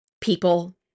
people